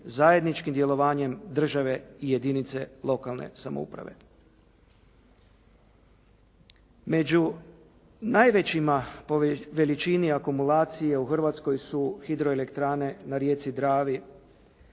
zajedničkim djelovanjem države i jedinice lokalne samouprave. Među najvećima po veličini akumulacije u Hrvatskoj su hidroelektrane na rijeci Dravi,